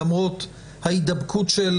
למרות ההידבקות של